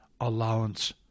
allowance